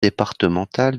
départementale